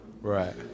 Right